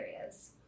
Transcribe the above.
areas